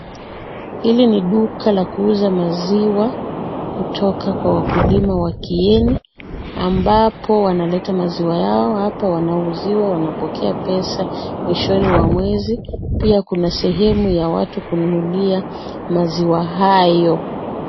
Lile ni duka la kuuza maziwa, kutoka kwa wakulima wa Kieni, ambapo wanaleta maziwa yao hapa wanaouziwa wanapokea pesa mwishoni mwa mwezi, pia kuna sehemu ya watu kununulia maziwa hayo.